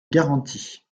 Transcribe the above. garantie